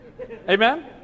Amen